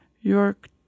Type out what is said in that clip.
York